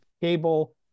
cable